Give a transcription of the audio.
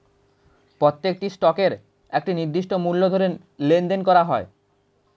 প্রত্যেকটি স্টকের একটি নির্দিষ্ট মূল্য ধরে লেনদেন করা হয়